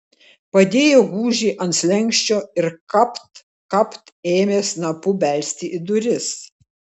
padėjo gūžį ant slenksčio ir kapt kapt ėmė snapu belsti į duris